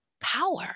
power